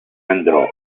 andrò